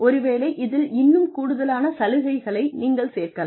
ஒருவேளை இதில் இன்னும் கூடுதலான சலுகைகளை நீங்கள் சேர்க்கலாம்